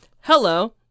Hello